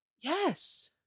Yes